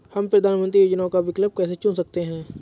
हम प्रधानमंत्री योजनाओं का विकल्प कैसे चुन सकते हैं?